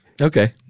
Okay